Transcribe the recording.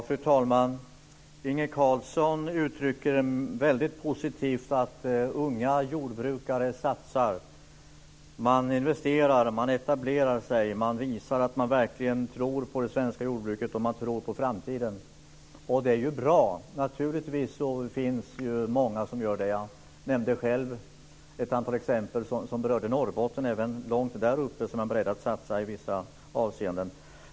Fru talman! Inge Carlsson uttalar sig väldigt positivt om att unga jordbrukare satsar, investerar, etablerar sig och visar att de verkligen tror på det svenska jordbruket och på framtiden. Det är ju bra. Det finns många som gör detta, och jag nämnde själv ett antal exempel på att man även långt uppe i Norrbotten är beredd att satsa i vissa avseenden.